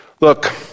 look